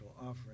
offering